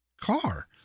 car